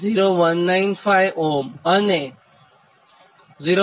0195Ω અને 0